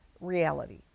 reality